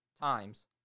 times